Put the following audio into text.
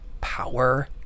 power